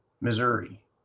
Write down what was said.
Missouri